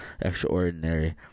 Extraordinary